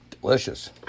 Delicious